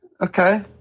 Okay